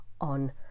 on